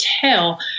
tell